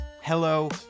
hello